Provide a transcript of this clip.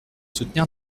soutenir